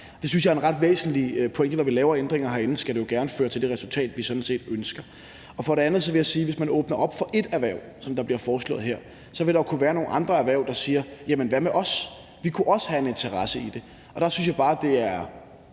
jeg er en ret væsentlig pointe. Når vi laver ændringer herinde, skal det jo gerne føre til det resultat, vi sådan set ønsker. For det andet vil jeg sige, at hvis man åbner op for ét erhverv, som det bliver foreslået her, så vil der jo kunne være nogle andre erhverv, der siger: Jamen hvad med os? Vi kunne også have en interesse i det.